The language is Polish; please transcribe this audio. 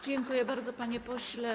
Dziękuję bardzo, panie pośle.